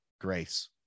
grace